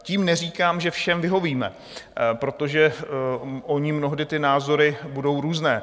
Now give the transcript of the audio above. Tím neříkám, že všem vyhovíme, protože ony mnohdy ty názory budou různé.